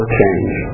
change